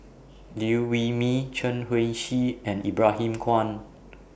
Liew Wee Mee Chen Wen Hsi and Ibrahim Awang